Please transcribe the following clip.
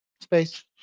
space